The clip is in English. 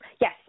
Yes